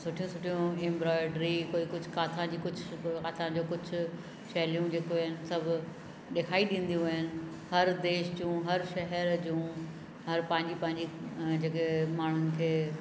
सुठियूं सुठियूं इमब्रोइडिरी कोई कुझु काथां जी कुझु काथां जो कुझु शैलियूं जेको आहिनि सभु ॾेखाई ॾीदियूं आहिनि हर देश जूं हर शहर जूं हर पंहिंजी पंहिंजी जॻहि माण्हुनि खे